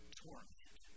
torment